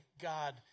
God